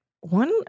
One